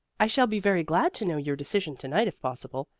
i shall be very glad to know your decision to-night if possible,